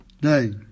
day